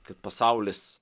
kad pasaulis